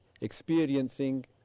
experiencing